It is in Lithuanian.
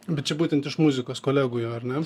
bet čia būtent iš muzikos kolegų jau ar ne